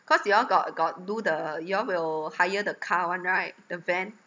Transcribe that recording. cause you all got got do the you all will hire the car [one] right the van